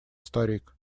старик